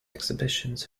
exhibitions